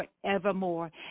forevermore